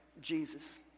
Jesus